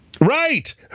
right